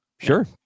Sure